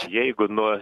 jeigu nuo